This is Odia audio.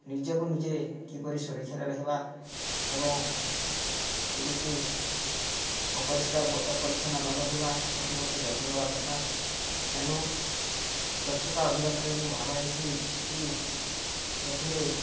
ନିଜକୁ ନିଜେ କିପରି ସୁରକ୍ଷାରେ ରହିବା ଏବଂ କେମିତି ଅପରିଷ୍କାର ଅପରିଚ୍ଛନ ନରହିବା ସେଥିପ୍ରତି ଯତ୍ନ ନେବା କଥା ଏଣୁ ସ୍ୱଚ୍ଛତା ଅଭିଯାନରେ ମୁଁ ଭାଗ ନେଇଛିକି ଏଥିରେ